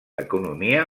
economia